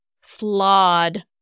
flawed